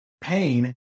pain